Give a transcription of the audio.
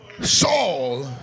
Saul